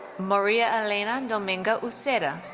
mariaelena and dominga uceda.